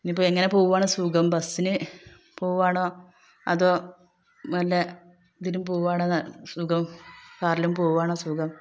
ഇനിയിപ്പോള് എങ്ങനെ പോവുകയാണ് സുഖം ബസിന് പോകുകയാണോ അതോ വല്ല ഇതിലും പോകുകയാണോ സുഖം കാറില് പോകുകയാണോ സുഖം